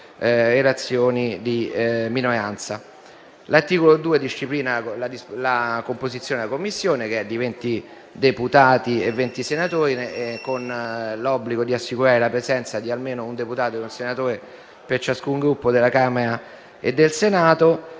L'articolo 2 disciplina la composizione della Commissione, che è di venti deputati e venti senatori, con l'obbligo di assicurare la presenza di almeno un deputato e un senatore per ciascun Gruppo della Camera e del Senato.